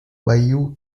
bayou